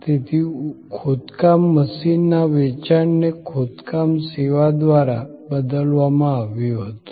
તેથી ખોદકામ મશીનના વેચાણને ખોદકામ સેવા દ્વારા બદલવામાં આવ્યું હતું